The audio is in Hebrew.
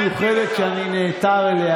אוסאמה, אתה יכול להודות לשרה על אביתר,